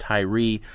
Tyree